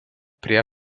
prie